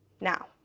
now